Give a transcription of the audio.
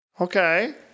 Okay